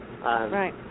Right